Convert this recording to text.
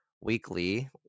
weekly